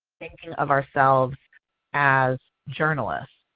thinking of ourselves as journalists.